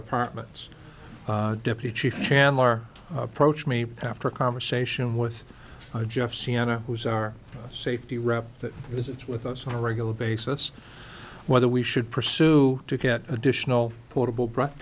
departments deputy chief chandler approach me after a conversation with jeff sienna who is our safety rep that it's with us on a regular basis whether we should pursue to get additional portable breath